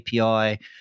API